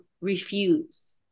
refuse